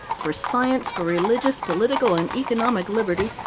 for science, for religious, political, and economic liberty,